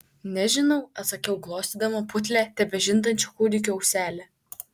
nežinau atsakiau glostydama putlią tebežindančio kūdikio auselę